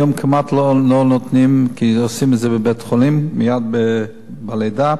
היום כמעט לא נותנים כי עושים את זה בבית-החולים מייד לאחר הלידה,